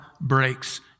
breaks